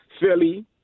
Philly